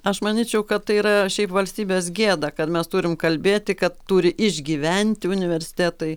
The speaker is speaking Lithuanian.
aš manyčiau kad tai yra šiaip valstybės gėda kad mes turim kalbėti kad turi išgyventi universitetai